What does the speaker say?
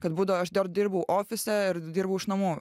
kad būdavo aš dar dirbau ofise ir dirbau iš namų